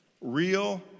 Real